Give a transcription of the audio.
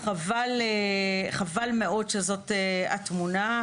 חבל מאוד שזאת התמונה.